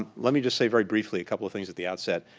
ah let me just say very briefly a couple of things at the outset.